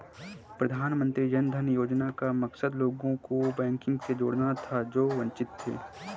प्रधानमंत्री जन धन योजना का मकसद लोगों को बैंकिंग से जोड़ना था जो वंचित थे